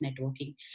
networking